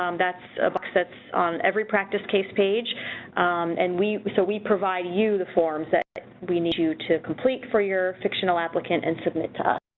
um that's a book, that's on every practice case page and we, so we provide you the forms that we need you to complete for your fictional applicant and submit to